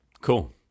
Cool